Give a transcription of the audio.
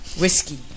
whiskey